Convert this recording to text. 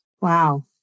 Wow